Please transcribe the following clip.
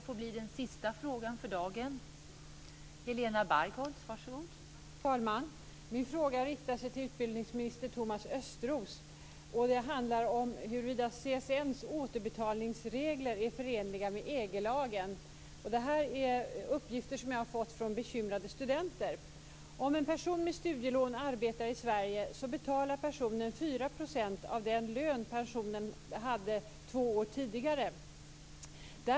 Fru talman! Min fråga riktas till utbildningsminister Thomas Östros och handlar om huruvida CSN:s återbetalningsregler är förenliga med EG lagen. Frågan bygger på uppgifter som jag har fått från bekymrade studenter. Om en person med studielån arbetar i Sverige betalar den personen 4 % av den lön som han eller hon hade två år tidigare.